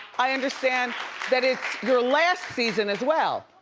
i understand that it's your last season as well.